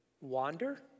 wander